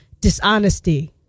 dishonesty